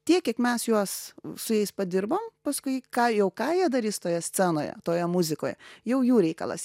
tiek kiek mes juos su jais padirbom paskui ką jau ką jie darys toje scenoje toje muzikoje jau jų reikalas